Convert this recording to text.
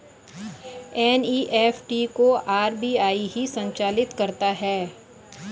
NEFT को RBI ही संचालित करता है